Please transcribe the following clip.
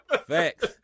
Facts